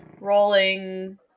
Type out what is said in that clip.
rolling